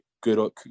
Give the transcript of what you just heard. good